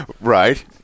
Right